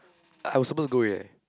I was supposed to go ya